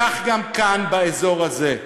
כך גם כאן, באזור הזה.